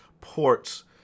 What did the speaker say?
ports